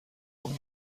اون